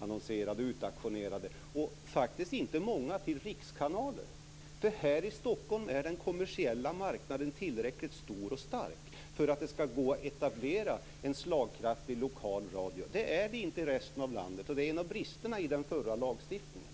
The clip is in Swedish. utannonserade och utauktionerade, och faktiskt inte många till rikskanaler. Här i Stockholm är den kommersiella marknaden tillräckligt stor och stark för att det skall gå att etablera en slagkraftig lokal radio. Det är den inte i resten av landet. Det är en av bristerna i den förra lagstiftningen.